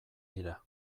dira